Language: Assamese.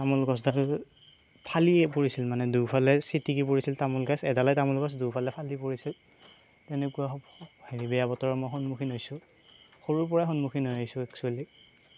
তামোল গছডাল ফালিয়ে পৰিছিল মানে দুইফালে ছিটিকি পৰিছিল তামোল গাছ এডালে তামোল গছ দুয়োফালে ফালি পৰিছিল তেনেকুৱা হেৰি বেয়া বতৰৰ মই সন্মুখীন হৈছোঁ সৰুৰ পৰা সন্মুখীন হৈ আহিছোঁ একচ্যুৱেলি